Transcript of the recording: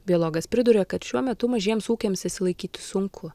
biologas priduria kad šiuo metu mažiems ūkiams išsilaikyti sunku